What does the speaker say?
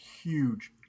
huge